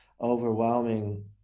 overwhelming